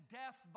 death